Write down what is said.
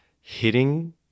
hitting